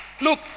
Look